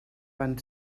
van